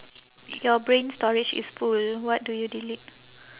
your brain storage is full what do you delete